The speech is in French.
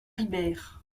ribeyre